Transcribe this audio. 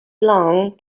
along